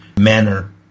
manner